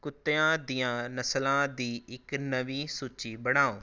ਕੁੱਤਿਆਂ ਦੀਆਂ ਨਸਲਾਂ ਦੀ ਇੱਕ ਨਵੀਂ ਸੂਚੀ ਬਣਾਓ